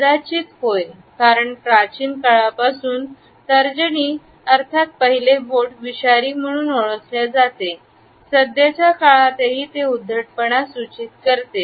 कदाचित होय कारण प्राचीन काळापासून तर्जनी अर्थात पहिले बोट विषारी म्हणून ओळखल्या जाते सध्याच्या काळातही ते उद्धटपणा सूचित करते